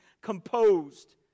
composed